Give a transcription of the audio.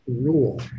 rule